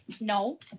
No